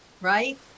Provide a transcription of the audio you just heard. right